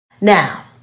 Now